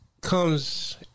Comes